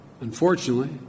Unfortunately